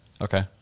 Okay